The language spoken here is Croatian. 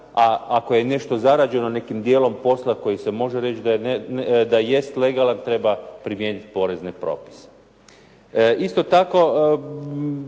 a ako je nešto zarađeno nekim dijelom posla koji se može reći da jest legalan, treba primjenit porezne propise. Isto tako,